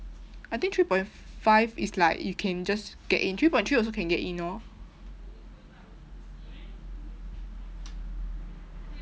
I think three point five is like you can just get in three point three also can get in orh